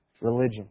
religion